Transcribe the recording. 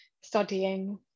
studying